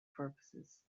purposes